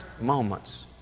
moments